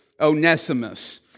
Onesimus